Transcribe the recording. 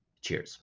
Cheers